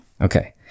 Okay